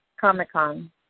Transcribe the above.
Comic-Con